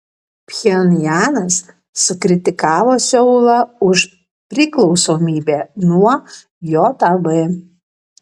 pchenjanas sukritikavo seulą už priklausomybę nuo jav